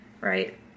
right